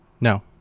No